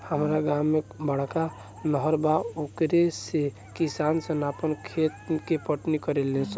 हामरा गांव में बड़का नहर बा ओकरे से किसान सन आपन खेत के पटवनी करेले सन